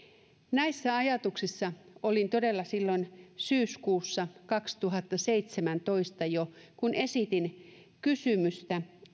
näissä ajatuksissa olin todella jo silloin syyskuussa kaksituhattaseitsemäntoista kun esitin kysymystä